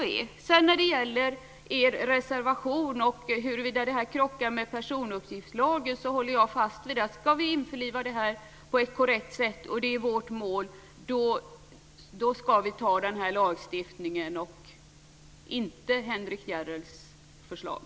När det sedan gäller er reservation och huruvida marknadsföringslagen krockar med personuppgiftslagen håller jag fast vid att om vi ska införliva lagen på ett korrekt sätt, vilket är vårt mål, ska vi anta den här lagstiftningen och inte Henrik Järrels förslag.